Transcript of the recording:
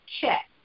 Check